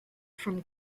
from